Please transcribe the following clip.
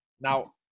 Now